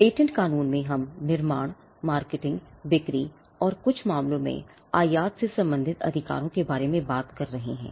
patent कानून में हम निर्माणमार्केटिंग बिक्री और कुछ मामलों में आयात से संबंधित अधिकारों के बारे में बात कर रहे हैं